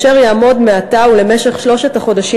והוא יעמוד מעתה ולמשך שלושת החודשים